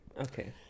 Okay